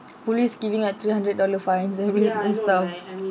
police giving like three hundred dollar fine every and stuff